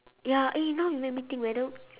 ya eh now you make me think whether